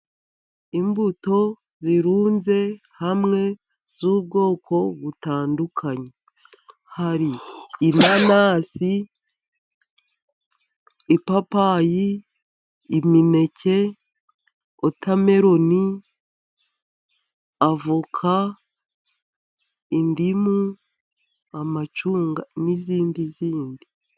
Imbuto zirunze hamwe z' ubwoko butandukanye hari : inanasi, ipapayi, imineke, wotameroni, avoka, indimu, amacunga n'izindi...